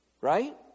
right